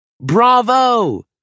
Bravo